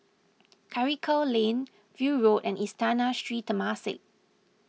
Karikal Lane View Road and Istana and Sri Temasek